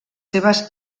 seves